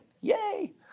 Yay